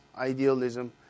idealism